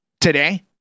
today